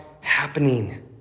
happening